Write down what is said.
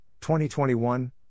2021